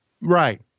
Right